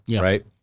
right